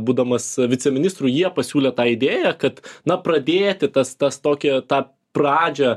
būdamas viceministru jie pasiūlė tą idėją kad na pradėti tas tas tokį tą pradžią